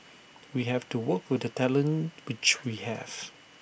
we have to work with the talent which we have